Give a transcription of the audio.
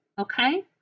okay